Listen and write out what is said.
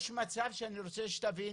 יש מצב שאני רוצה שתבינו,